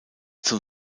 zum